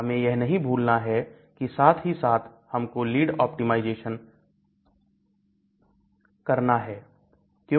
हमें यह नहीं भूलना है की साथ ही साथ हमको लीड ऑप्टिमाइजेशन करना है